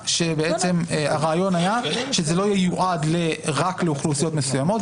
הרעיון היה שזה לא ייועד רק לאוכלוסיות מסוימות,